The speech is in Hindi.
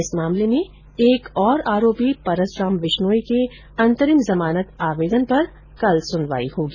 इस मामले में एक और आरोपी परसराम विश्नोई के अंतरिम जमानत आवेदन पर कल सुनवाई होगी